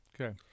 Okay